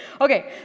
Okay